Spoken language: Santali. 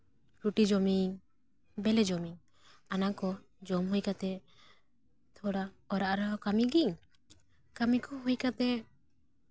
ᱨᱩᱴᱤ ᱡᱚᱢᱟᱧ ᱵᱮᱞᱮ ᱡᱚᱢᱟᱹᱧ ᱚᱱᱟ ᱠᱚ ᱡᱚᱢ ᱦᱩᱭ ᱠᱟᱛᱮ ᱚᱲᱟᱜ ᱨᱮᱦᱚᱸ ᱛᱷᱚᱲᱟ ᱠᱟᱹᱢᱤᱭᱟᱹᱧ ᱠᱟᱹᱢᱤ ᱠᱚ ᱦᱩᱭ ᱠᱟᱛᱮ